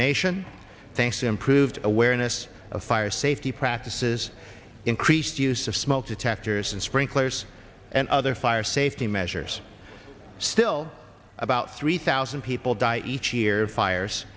nation thanks improved awareness of fire safety practices increased use of smoke detectors and sprinklers and other fire safety measures still about three thousand people die each year fires